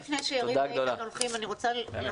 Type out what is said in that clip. אני רוצה לומר איזושהי אמירה.